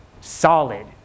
solid